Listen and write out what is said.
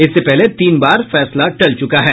इससे पहले तीन बार फैसला टल चुका है